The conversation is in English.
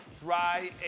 Dry